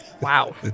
Wow